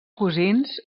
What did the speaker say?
cosins